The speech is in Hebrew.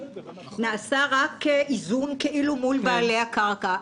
נעשה רק איזון כאילו מול בעלי הקרקע,